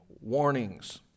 warnings